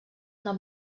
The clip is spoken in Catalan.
una